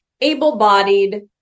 able-bodied